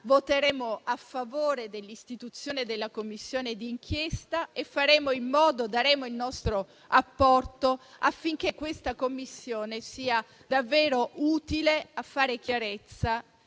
voteremo a favore dell'istituzione della Commissione d'inchiesta e daremo il nostro apporto affinché sia davvero utile a fare chiarezza